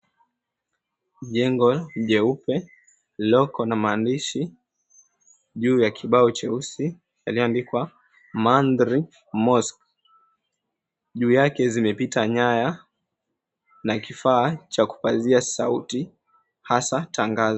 Jengo jeupe lililoko na maandishi juu ya kibao cheusi, yaliyoandikwa "MANDHRY MOSQUE". Juu yake zimepita nyaya na kifaa cha kupazia sauti hasa tangazo.